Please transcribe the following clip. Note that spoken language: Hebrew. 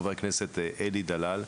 חבר הכנסת אלי דלל,